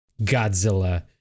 Godzilla